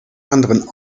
anderen